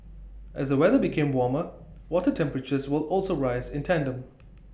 as the weather became warmer water temperatures will also rise in tandem